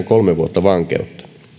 kolme vuotta vankeutta